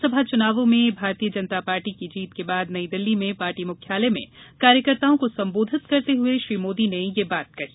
विधानसभा चुनावों में भारतीय जनता पार्टी की जीत के बाद नई दिल्ली में पार्टी मुख्यालय में कार्यकर्ताओं को संबोधित करते हुए श्री मोदी ने यह बात कही